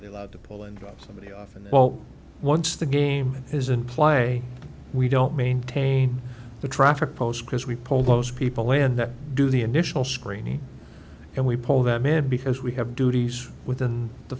they love to pull and got somebody off and well once the game is in play we don't maintain the traffic pose because we poll those people and do the initial screening and we pull them in because we have duties within the